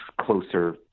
closer